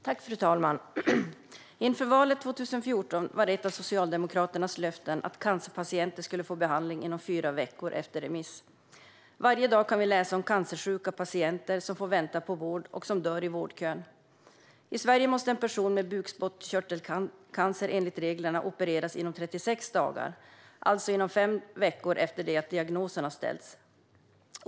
Fru talman! Inför valet 2014 var ett av Socialdemokraternas löften att cancerpatienter skulle få behandling inom fyra veckor efter remiss. Varje dag kan vi läsa om cancersjuka patienter som får vänta på vård och som dör i vårdkön. I Sverige måste en person med bukspottkörtelcancer enligt reglerna opereras inom 36 dagar, alltså inom fem veckor, efter det att diagnosen har ställts.